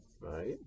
right